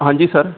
ਹਾਂਜੀ ਸਰ